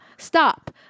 stop